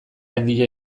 handia